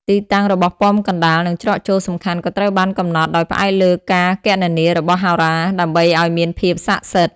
ទីតាំងរបស់ប៉មកណ្តាល និងច្រកចូលសំខាន់ក៏ត្រូវបានកំណត់ដោយផ្អែកលើការគណនារបស់ហោរាដើម្បីឲ្យមានភាពស័ក្តិសិទ្ធិ។